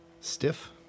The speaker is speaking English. stiff